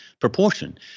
proportion